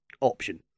option